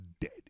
dead